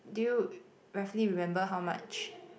do you roughly remember how much